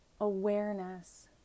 awareness